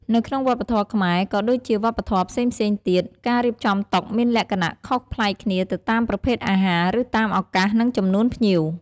នៅក្នុងវប្បធម៌ខ្មែរ ក៏ដូចជាវប្បធម៌ផ្សេងៗទៀត ការរៀបចំតុមានលក្ខណៈខុសប្លែកគ្នាទៅតាមប្រភេទអាហារ ឬតាមឱកាស និងចំនួនភ្ញៀវ។